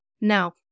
Now